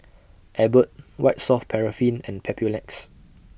Abbott White Soft Paraffin and Papulex